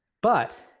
but,